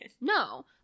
No